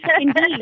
indeed